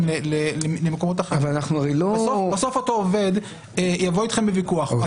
למפלגות הגדולות יש בכל קלפי יושב-ראש או